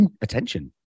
attention